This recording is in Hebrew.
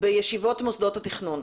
בישיבות מוסדות התכנון.